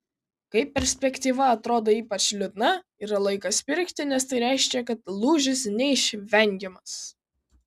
kai perspektyva atrodo ypač liūdna yra laikas pirkti nes tai reiškia kad lūžis neišvengiamas